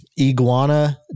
Iguana